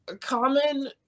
common